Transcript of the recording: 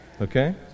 Okay